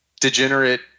degenerate